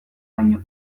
baino